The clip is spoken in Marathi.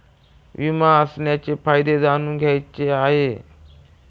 विमा असण्याचे फायदे जाणून घ्यायचे आहे